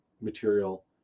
material